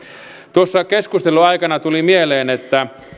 tuossa keskustelun aikana tuli mieleen että